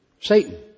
Satan